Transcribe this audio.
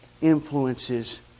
influences